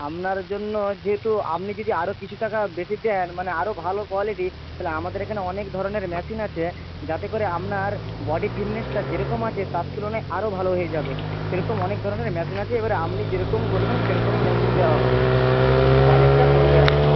আপনার জন্য যেহেতু আপনি যদি আরও কিছু টাকা বেশি দেন মানে আরও ভালো কোয়ালিটি তাহলে আমাদের এখানে অনেক ধরনের মেশিন আছে যাতে করে আপনার বডি ফিটনেসটা যেরকম আছে তার তুলনায় আরও ভালো হয়ে যাবে সেরকম অনেক ধরনের মেশিন আছে এবারে আপনি যেরকম বলবেন সেরকমই মেশিন দেওয়া হবে একটু বাজেটটা পড়বে আর কি